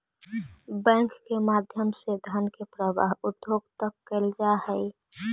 bank के माध्यम से धन के प्रवाह उद्योग तक कैल जा हइ